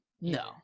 No